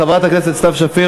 חברת הכנסת סתיו שפיר,